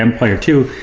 um player two.